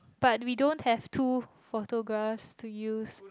but we don't have two photographs to use